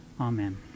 Amen